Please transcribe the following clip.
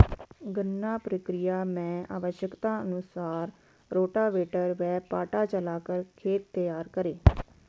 गन्ना प्रक्रिया मैं आवश्यकता अनुसार रोटावेटर व पाटा चलाकर खेत तैयार करें